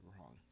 wrong